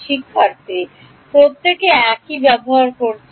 শিক্ষার্থী প্রত্যেকে একই ব্যবহার করছে